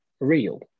real